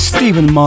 Stephen